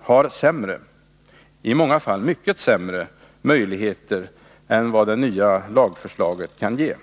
har sämre — i många fall mycket sämre — möjligheter än vad det nya lagförslaget kan ge.